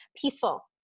peaceful